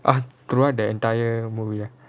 !huh! throughout the entire movie ah